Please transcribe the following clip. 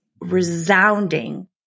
resounding